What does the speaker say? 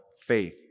faith